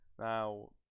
Now